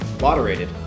moderated